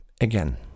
again